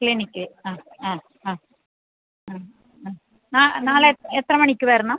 clinic ആ ആ ആ ആ ആ നാളെ എത്ര മണിക്ക് വരണം